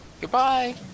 Goodbye